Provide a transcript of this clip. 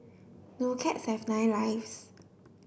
do cats have nine lives